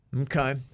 Okay